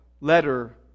letter